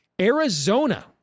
Arizona